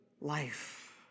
life